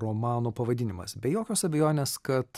romano pavadinimas be jokios abejonės kad